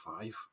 five